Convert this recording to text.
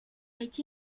été